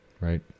right